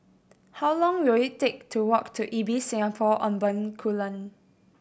how long will it take to walk to Ibis Singapore On Bencoolen